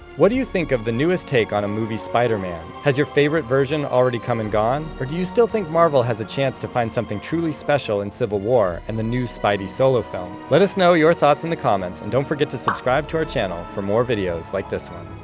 what do you think of the newest take on a movie spider-man? has your favorite version already come and gone, or do you still think marvel has a chance to find something truly special in civil war and the new spidey solo film? let us know your thoughts in the comments, and don't forget to subscribe to our channel for more videos like this one.